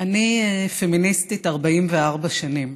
אני פמיניסטית 44 שנים.